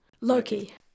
Loki